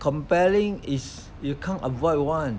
comparing is you can't avoid [one]